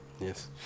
Yes